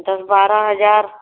दस बारह हज़ार